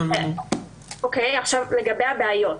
לגבי הבעיות,